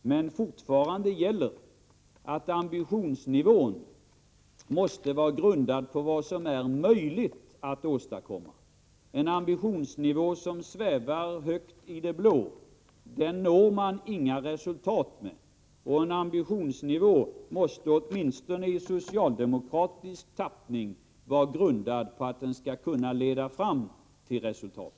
Men fortfarande gäller att ambitionerna måste vara grundade på vad som är möjligt att åstadkomma. En ambitionsnivå som svävar högt i det blå når man inga resultat med. En ambitionsnivå måste — åtminstone i socialdemokratisk tappning — vara grundad på att den skall kunna leda fram till resultat.